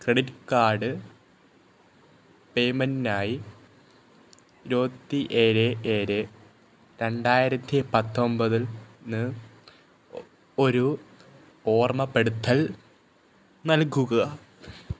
credit card പേയ്മെൻറിനായി ഇരുപത്തിയേഴ് ഏഴ് രണ്ടായിരത്തി പത്തൊമ്പതിന് ഒരു ഓർമ്മപ്പെടുത്തൽ നൽകുക